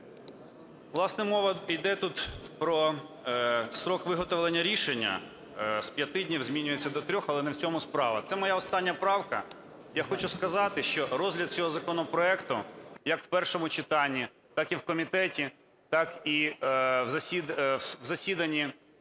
Власне, мова йде тут про строк виготовлення рішення, з 5 днів змінюється до 3-х, але не в цьому справа. Це моя остання правка. Я хочу сказати, що розгляд цього законопроекту як в першому, так і в комітеті, так і в засіданні